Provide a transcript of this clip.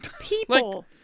people